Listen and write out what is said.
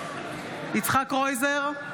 יצחק קרויזר,